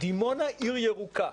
דימונה עיר ירוקה,